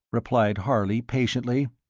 replied harley, patiently,